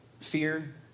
fear